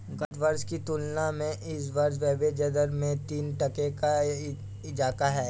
गत वर्ष की तुलना में इस वर्ष ब्याजदर में तीन टके का इजाफा है